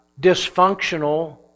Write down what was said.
dysfunctional